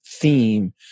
theme